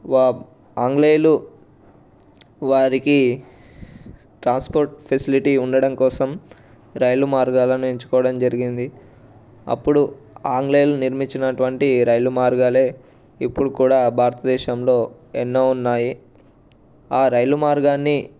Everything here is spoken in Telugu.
ఆంగ్లేయులు వారికి ట్రాన్స్పోర్ట్ ఫెసిలిటీ ఉండడం కోసం రైలు మార్గాలను ఎంచుకోవడం జరిగింది అప్పుడు ఆంగ్లేయులు నిర్మించినటువంటి రైలు మార్గాలే ఇప్పుడు కూడా భారతదేశంలో ఎన్నో ఉన్నాయి ఆ రైలు మార్గాన్ని